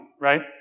right